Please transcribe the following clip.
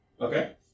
Okay